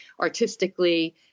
artistically